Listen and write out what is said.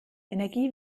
energie